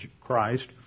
Christ